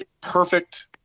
perfect